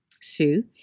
Sue